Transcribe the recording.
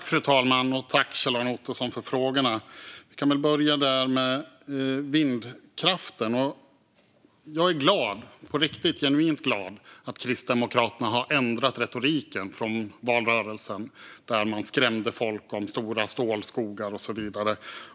Fru talman! Tack, Kjell-Arne Ottosson, för frågorna! Jag börjar med vindkraften. Jag är genuint glad att Kristdemokraterna har ändrat retoriken från valrörelsen, där man skrämde folk med stora stålskogar och så vidare.